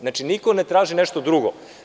Znači, niko ne traži nešto drugo.